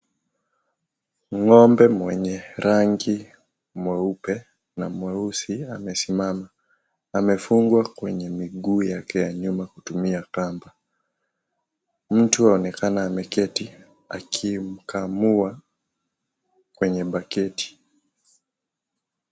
Ngombe mwenye rangi mweupe na mweusi amesimama amefungwa kwenye miguu yake ya nyuma kutumia kamba. Mtu aonekana ameketi akimkamua kwenye baketi.